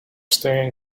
staring